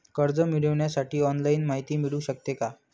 कर्ज मिळविण्यासाठी ऑनलाईन माहिती मिळू शकते का?